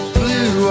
blue